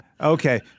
Okay